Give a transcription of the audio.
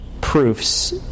proofs